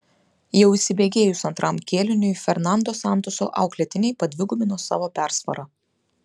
jau įsibėgėjus antram kėliniui fernando santoso auklėtiniai padvigubino savo persvarą